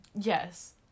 Yes